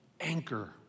anchor